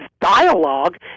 dialogue